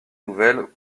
nouvelles